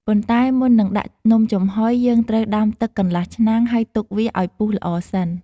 ប៉ុន្តែមុននឹងដាក់នំចំហុយ យើងត្រូវដាំទឹកកន្លះឆ្នាំង ហើយទុកវាឱ្យពុះល្អសិន។